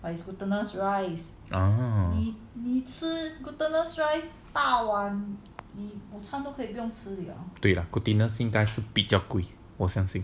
orh 对了 glutinous rice 比较贵我相信